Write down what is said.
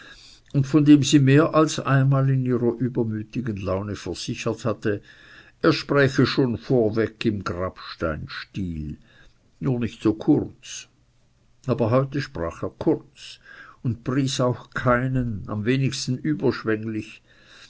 und von dem sie mehr als einmal in ihrer übermütigen laune versichert hatte er spräche schon vorweg im grabsteinstil nur nicht so kurz aber heute sprach er kurz und pries auch keinen am wenigsten